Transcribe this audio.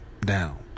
down